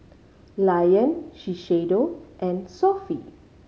Lion Shiseido and Sofy